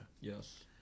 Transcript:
Yes